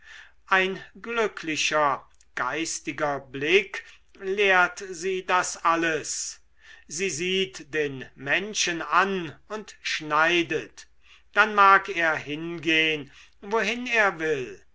ein glücklicher geistiger blick lehrt sie das alles sie sieht den menschen an und schneidet dann mag er hingehen wohin er will